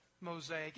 mosaic